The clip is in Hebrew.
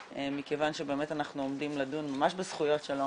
מכוון שבאמת אנחנו עומדים לדון ממש בזכויות שלו,